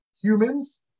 Humans